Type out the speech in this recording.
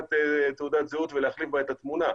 לקחת תעודת זהות ולהחליף בה את התמונה.